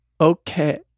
Okay